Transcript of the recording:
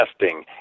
testing